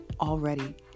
already